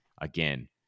again